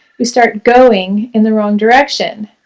we start going in the wrong direction.